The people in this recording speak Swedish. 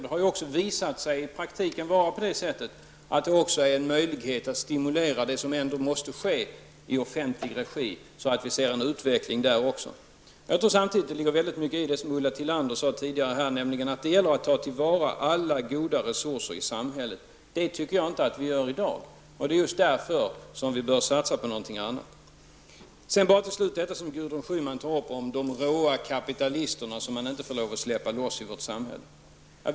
Det har också i praktiken visat sig att det är en möjlighet att stimulera det som ändå måste ske i offentlig regi så att det blir en utveckling även där. Jag tror samtidigt att det ligger väldigt mycket i vad Ulla Tillander sade tidigare, nämligen att det gäller att ta till vara alla goda resurser i samhället. Det tycker jag inte att vi gör i dag, och just därför bör vi satsa på något annat. Gudrun Schyman tog upp de råa kapitaliserna som man inte får släppa loss i vårt samhälle.